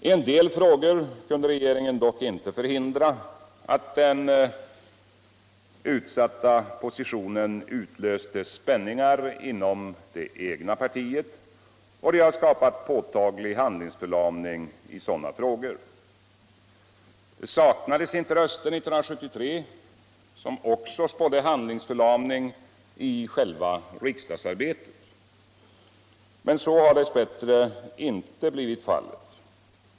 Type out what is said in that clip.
I en del frågor kunde regeringen dock inte förhindra att den utsatta positionen utlöste spänningar inom det egna partiet. Det har skapat påtaglig handlingsförlamning i sådana frågor. Det saknades inte röster som 1973 spådde handlingsförlamning också i själva riksdagsarbetet. Men så har dess bättre inte blivit fallet.